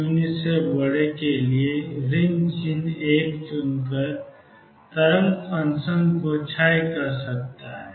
और इसलिए यह x0 के लिए ऋण चिह्न I चुनकर तरंग फ़ंक्शन को क्षय कर सकता है